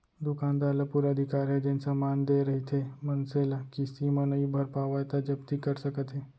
दुकानदार ल पुरा अधिकार हे जेन समान देय रहिथे मनसे ल किस्ती म नइ भर पावय त जब्ती कर सकत हे